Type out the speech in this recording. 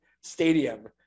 stadium